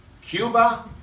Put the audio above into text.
Cuba